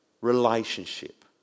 relationship